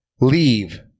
leave